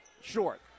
short